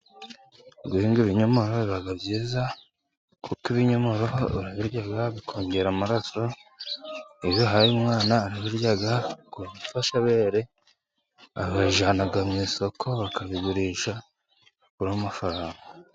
Guhinga ibinyomoro biba byiza, kuko ibinyomoro barabirya bikongera amaraso, iyo ubihaye umwana arabirya ku mfashabere, babijyana mu isoko bakabigurisha, bagakuramo amafaranga.